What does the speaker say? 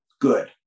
good